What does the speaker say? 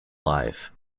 live